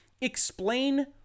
explain